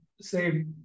Say